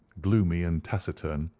gloomy and taciturn.